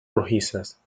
rojizas